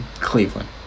Cleveland